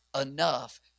enough